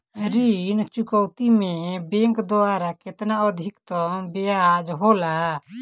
ऋण चुकौती में बैंक द्वारा केतना अधीक्तम ब्याज होला?